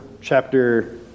chapter